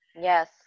Yes